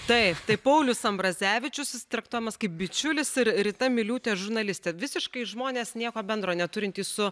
taip tai paulius ambrazevičius jis traktuojamas kaip bičiulis ir rita miliūtė žurnalistė visiškai žmonės nieko bendro neturintys su